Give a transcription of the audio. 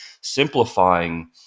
simplifying